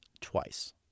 twice